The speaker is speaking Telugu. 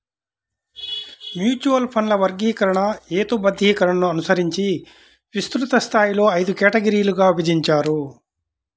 మ్యూచువల్ ఫండ్ల వర్గీకరణ, హేతుబద్ధీకరణను అనుసరించి విస్తృత స్థాయిలో ఐదు కేటగిరీలుగా విభజించారు